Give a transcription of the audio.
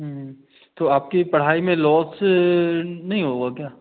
तो आपकी पढ़ाई में लॉस नहीं होगा क्या